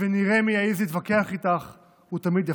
ונראה מי יעז להתווכח איתך, הוא תמיד יפסיד.